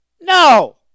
No